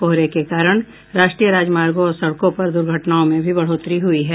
कोहरे के कारण राष्ट्रीय राजमार्गों और सड़कों पर दुर्घटनाओं में भी बढ़ोतरी हुई है